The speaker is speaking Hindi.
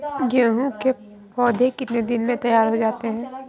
गेहूँ के पौधे कितने दिन में तैयार हो जाते हैं?